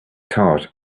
thought